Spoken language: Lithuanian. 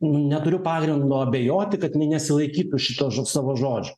neturiu pagrindo abejoti kadjinai nesilaikytų šitos savo žodžio